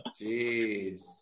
Jeez